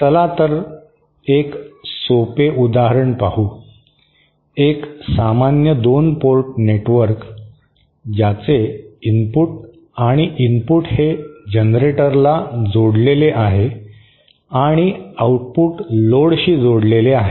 चला तर एक सोपे उदाहरण पाहू एक सामान्य 2 पोर्ट नेटवर्क ज्याचे इनपुट आणि इनपुट हे जनरेटरला जोडलेले आहे आणि आउटपुट लोडशी जोडलेले आहे